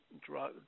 drug